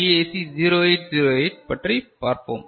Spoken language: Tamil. DAC 0808 பற்றி பார்ப்போம்